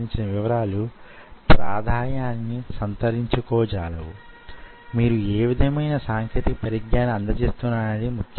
ఇటువంటి పరికరాలు మీరు నిజానికి ఏ విధంగా అభివృద్ధి చేయగలరనేది